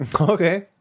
Okay